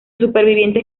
supervivientes